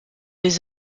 des